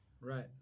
right